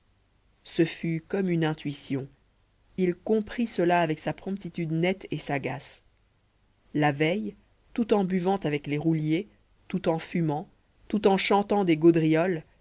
ce fut comme une intuition il comprit cela avec sa promptitude nette et sagace la veille tout en buvant avec les rouliers tout en fumant tout en chantant des